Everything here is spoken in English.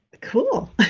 Cool